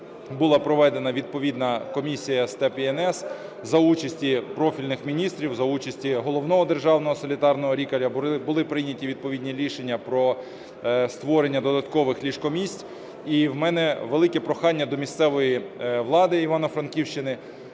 була проведена відповідна комісія з ТЕБ і НС за участі профільних міністрів, за участі Головного державного санітарного лікаря, були прийняті відповідні рішення про створення додаткових ліжко-місць. І в мене велике прохання до місцевої влади Івано-Франківщини,